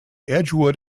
edgewood